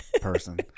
person